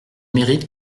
mérite